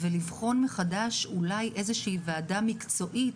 ולבחון מחדש אולי איזו שהיא וועדה מקצועית